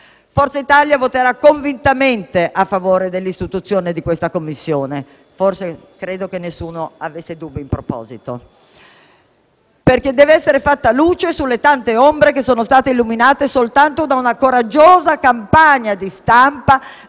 Forza Italia voterà convintamente a favore dell'istituzione di questa Commissione (credo che nessuno avesse dubbi in proposito), perché deve essere fatta luce sulle tante ombre che sono state illuminate soltanto da una coraggiosa campagna di stampa